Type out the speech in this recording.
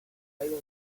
aire